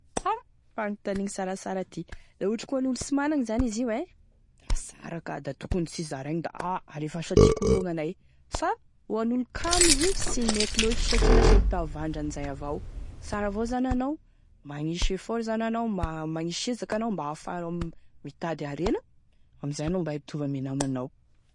A fagnontaniany sarasara ity, laha ohatry ka hoan'olo sy managny zany izy io e da sara ka da tokony sinzaraigny da alefaso aty koa lo gn'anay fa ho an'olo kamo izy io sy mety loatry satria lasa hitavandra an'izay avao, sara avao zany anao magnisy effort zany anao magnisy ezaka hanao mba ahafahanao mitady harena amin'izay anao mba hitovy ame namanao.